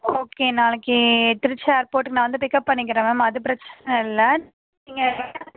okay நாளக்கு திருச்சி ஏர்போட்டுக்கு நான் வந்து பிக்கப் பண்ணிக்கிறன் மேம் அது பிரச்சனை இல்லை நீங்கள்